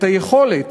את היכולת